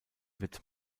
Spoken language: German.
wird